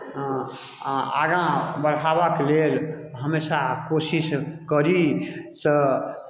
आगाँ बढ़यबाक लेल हमेशा कोशिश करी से